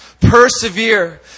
Persevere